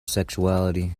sexuality